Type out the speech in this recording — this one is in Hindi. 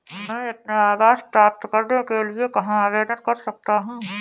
मैं अपना आवास प्राप्त करने के लिए कहाँ आवेदन कर सकता हूँ?